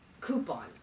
coupon